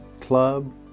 club